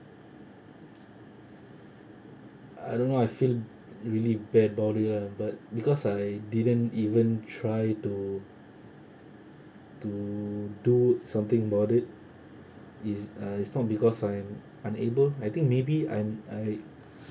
I don't know I feel really bad about it lah but because I didn't even try to to do something about it it's uh it's not because I am unable I think maybe I'm I